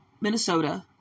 Minnesota